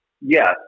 Yes